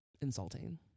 insulting